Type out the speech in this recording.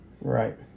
Right